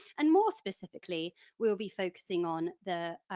and more specifically we'll be focusing on the